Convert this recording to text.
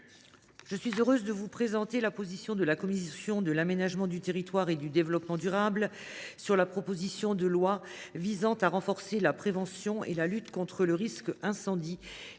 je suis heureuse de vous présenter la position de la commission de l’aménagement du territoire et du développement durable sur la proposition de loi visant à renforcer la prévention et la lutte contre le risque incendie